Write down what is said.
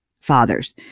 fathers